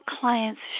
clients